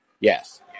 Yes